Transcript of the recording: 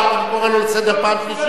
אני קורא לו לסדר פעם שלישית.